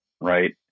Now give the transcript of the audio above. right